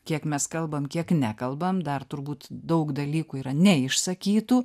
kiek mes kalbam kiek nekalbam dar turbūt daug dalykų yra ne išsakytų